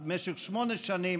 במשך שמונה שנים,